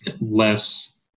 less